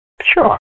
Sure